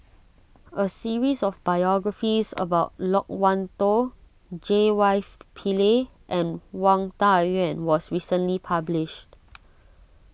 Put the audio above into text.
a series of biographies about Loke Wan Tho J Y Pillay and Wang Dayuan was recently published